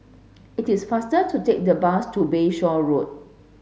it is faster to take the bus to Bayshore Road